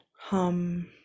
hum